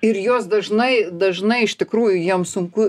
ir jos dažnai dažnai iš tikrųjų joms sunku